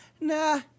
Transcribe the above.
Nah